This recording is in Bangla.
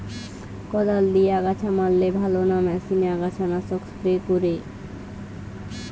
কদাল দিয়ে আগাছা মারলে ভালো না মেশিনে আগাছা নাশক স্প্রে করে?